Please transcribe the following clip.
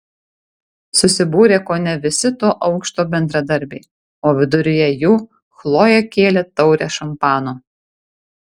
susibūrė kone visi to aukšto bendradarbiai o viduryje jų chlojė kėlė taurę šampano